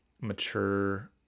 mature